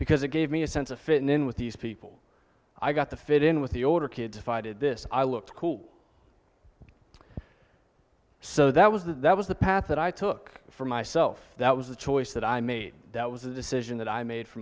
because it gave me a sense of fitting in with these people i got to fit in with the older kids if i did this i looked so that was that that was the path that i took for myself that was a choice that i made that was a decision that i made for